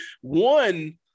One